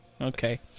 Okay